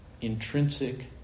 intrinsic